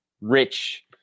rich